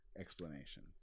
explanation